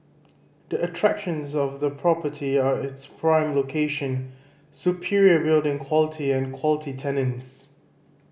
the attractions of the property are its prime location superior building quality and quality tenants